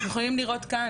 אתם יכולים לראות כאן,